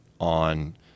on